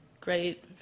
great